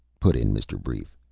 put in mr. brief,